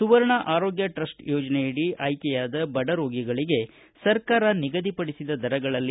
ಸುವರ್ಣ Arogya Trust ಯೋಜನೆಯಡಿ ಆಯ್ಕೆಯಾದ ಬಡರೋಗಿಗಳಿಗೆ ಸರ್ಕಾರ ನಿಗದಿಪಡಿಸಿದ ದರಗಳಲ್ಲಿ